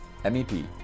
MEP